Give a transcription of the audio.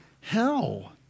hell